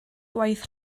gwaith